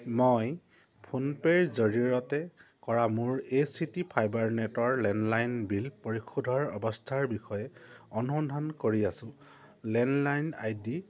মই ফোনপেৰ জৰিয়তে কৰা মোৰ এ চি টি ফাইবাৰনেটৰ লেণ্ডলাইন বিল পৰিশোধৰ অৱস্থাৰ বিষয়ে অনুসন্ধান কৰি আছোঁ লেণ্ডলাইন আই ডি